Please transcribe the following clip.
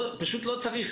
פשוט לא צריך.